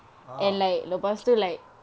oh